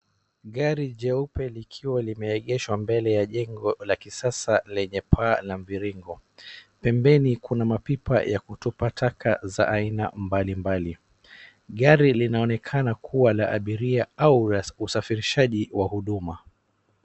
Gari jeupe likiwa limeegeshwa mbele ya jengo la kisasa lenye paa la mviringo. Pembeni kuna mapipa ya kutupa taka za aina mbalimbali. Gari linaonekana kuwa la abiria au la usafirishaji wa huduma.